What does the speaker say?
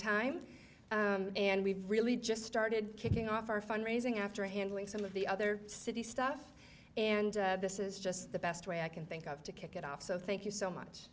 time and we've really just started kicking off our fund raising after handling some of the other city stuff and this is just the best way i can think of to kick it off so thank you so much